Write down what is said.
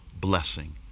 blessing